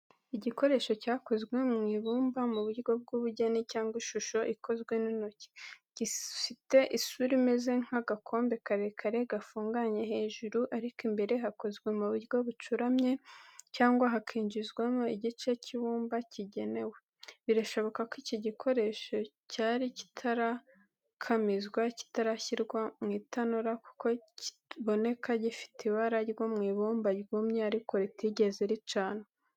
Igikoresho cyakozwe mu ibumba mu buryo bw’ubugeni cyangwa ishusho ikozwe n’intoki. Gifite isura imeze nk’agakombe karekare gafunguye hejuru, ariko imbere hakozwe mu buryo bucuramye cyangwa hakinjizwamo igice cy’ikibumba kigenewe. Birashoboka ko iki gikoresho cyari kitarakamizwa, kitarashyirwa mu itanura kuko kiboneka gifite ibara ryo mu ibumba ryumye ariko ritigeze ricanwa.